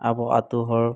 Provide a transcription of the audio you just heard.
ᱟᱵᱚ ᱟᱛᱩᱦᱚᱲ